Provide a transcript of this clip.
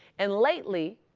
and lately,